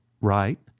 Right